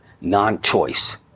non-choice